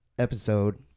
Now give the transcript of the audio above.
episode